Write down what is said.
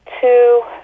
two